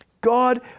God